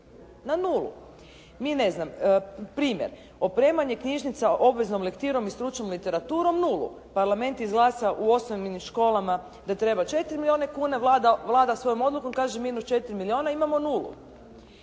na nulu. I ne znam primjer, opremanje knjižnica obveznom lektirom i stručnom literaturom nulu. Parlament izglasa u osnovnim školama da treba 4 milijuna kuna, Vlada svojom odlukom kaže minus 4 milijuna, imamo nulu.